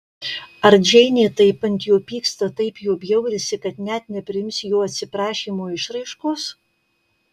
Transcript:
ar džeinė taip ant jo pyksta taip juo bjaurisi kad net nepriims jo atsiprašymo išraiškos